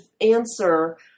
answer